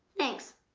thanks.